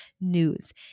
news